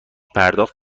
پرداخت